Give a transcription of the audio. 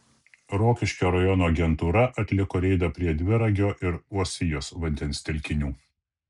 rokiškio rajono agentūra atliko reidą prie dviragio ir uosijos vandens telkinių